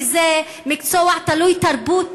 וזה מקצוע תלוי תרבות,